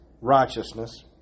righteousness